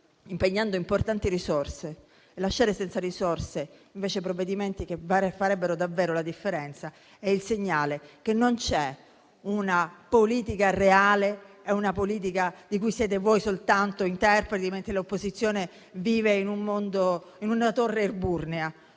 impegnando importanti risorse, e lasciare senza risorse, invece, provvedimenti che farebbero davvero la differenza, è il segnale che non c'è una politica reale. È una politica di cui siete voi soltanto interpreti, mentre l'opposizione vive in una torre eburnea.